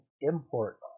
import